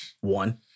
One